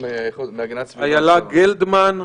אילה גלדמן,